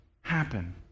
happen